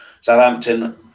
Southampton